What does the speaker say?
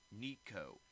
Nico